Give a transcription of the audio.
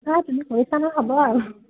হয় তুমি কৈছা ন হ'ব আৰু